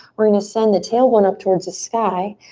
we're gonna send the tailbone up towards the sky.